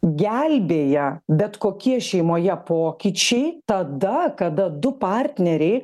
gelbėja bet kokie šeimoje pokyčiai tada kada du partneriai